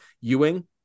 Ewing